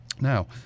Now